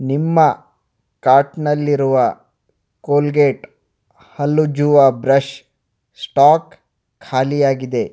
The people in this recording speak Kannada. ನಿಮ್ಮ ಕಾರ್ಟ್ನಲ್ಲಿರುವ ಕೋಲ್ಗೇಟ್ ಹಲ್ಲುಜ್ಜುವ ಬ್ರಷ್ ಸ್ಟಾಕ್ ಖಾಲಿಯಾಗಿದೆ